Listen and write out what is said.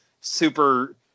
super